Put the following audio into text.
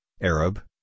Arab